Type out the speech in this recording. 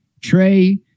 Trey